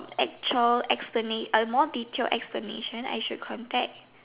actual explain a more detailed explanation I should contact